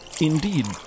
Indeed